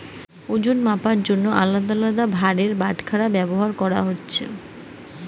ওজন মাপার জন্যে আলদা আলদা ভারের বাটখারা ব্যাভার কোরা হচ্ছে